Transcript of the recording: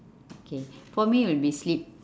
okay for me will be sleep